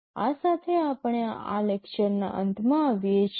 આ સાથે આપણે આ લેક્ચરના અંતમાં આવીએ છીએ